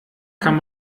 kann